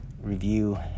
review